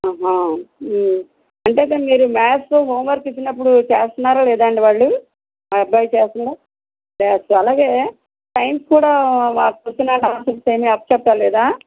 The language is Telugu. అంటే ఏంటి మీరు మ్యాథ్స్ హోంవర్క్ ఇచ్చినప్పుడు చేస్తున్నారా లేదా అండి వాళ్ళు ఆ అబ్బాయి చేస్తున్నాడా చేస్తున్నాడు అలాగే సైన్స్ కూడా మరి క్వశ్చన్ అండ్ ఆన్సర్స్ ఏమి అప్పజెప్పడం లేదా